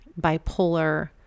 bipolar